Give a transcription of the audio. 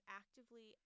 actively